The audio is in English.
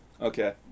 Okay